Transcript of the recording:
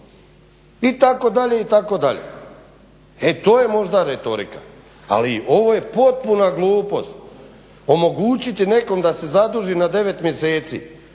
toliko ureda itd., itd. E to je možda retorika, ali ovo je potpuna glupost omogućiti nekom da se zaduži na 9 mjeseci.